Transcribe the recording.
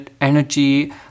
energy